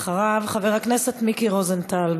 אחריו, חבר הכנסת מיקי רוזנטל.